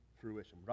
fruition